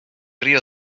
río